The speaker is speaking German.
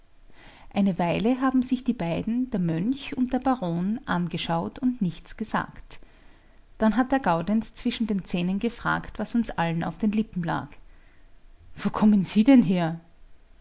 eine weile haben sich die beiden der mönch und der baron angeschaut und nichts gesagt dann hat der gaudenz zwischen den zähnen gefragt was uns allen auf den lippen lag wo kommen sie denn her